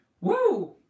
Woo